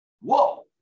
Whoa